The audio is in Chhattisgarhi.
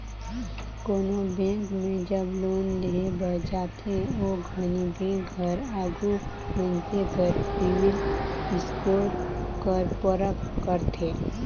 कोनो बेंक में जब लोन लेहे बर जाथे ओ घनी बेंक हर आघु मइनसे कर सिविल स्कोर कर परख करथे